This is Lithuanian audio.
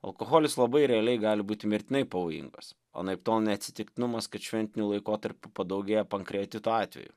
alkoholis labai realiai gali būti mirtinai pavojingas anaiptol ne atsitiktinumas kad šventiniu laikotarpiu padaugėja pankreatito atvejų